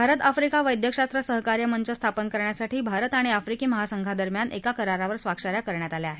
Bharat Africa वैद्यकशास्त्र सहकार्य मंच स्थापन करण्यासाठी भारत आणि आफ्रिकी महासंघादस्म्यान एका करारावर स्वाक्ष या करण्यात आल्या आहेत